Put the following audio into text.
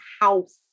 house